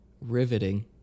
riveting